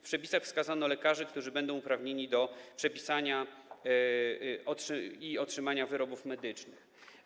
W przepisach wskazano lekarzy, którzy będą uprawnieni do przepisania i otrzymania wyrobów medycznych.